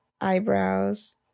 eyebrows